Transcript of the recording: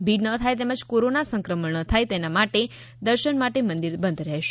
ભીડ ન થાય તેમજ કોરોના સંક્રમણ ન થાય તેના માટે દર્શન માટે મંદિર બંધ રહેશે